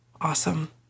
Awesome